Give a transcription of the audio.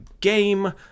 game